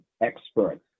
experts